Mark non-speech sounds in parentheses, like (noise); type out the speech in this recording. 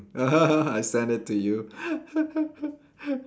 (laughs) I send it to you (laughs)